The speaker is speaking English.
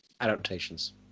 Adaptations